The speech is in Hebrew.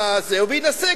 וינסה,